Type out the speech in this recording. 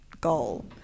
goal